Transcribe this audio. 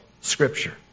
Scripture